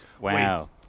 Wow